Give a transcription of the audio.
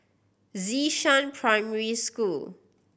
Xishan Primary School